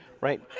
right